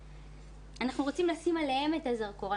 אנחנו רוצים לשים עליהם את הזרקור.